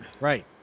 right